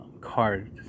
card